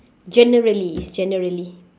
generally it's generally